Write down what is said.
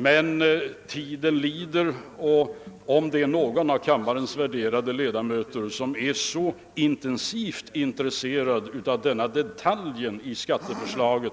Men tiden lider, och om det är någon av kammarens värderade ledamöter som är så intensivt intresserad av denna detalj i skatteförslaget